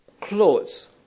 clothes